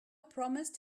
promised